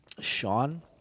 Sean